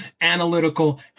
analytical